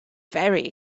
very